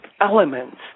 elements